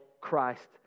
Christ